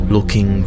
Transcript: Looking